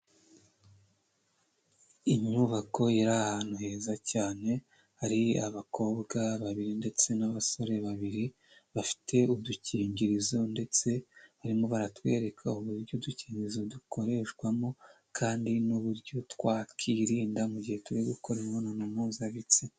Inyubako iri ahantu heza cyane, hari abakobwa babiri ndetse n'abasore babiri, bafite udukingirizo ndetse harimo baratwereka uburyo udukingirizo dukoreshwamo, kandi n'uburyo twakirinda mu gihe turi gukora imibonano mpuzabitsina.